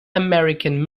american